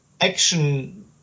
action